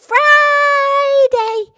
Friday